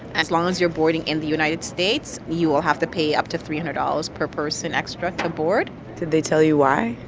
as long as you're boarding in the united states, you will have to pay up to three hundred dollars per person extra to board did they tell you why?